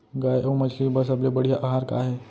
गाय अऊ मछली बर सबले बढ़िया आहार का हे?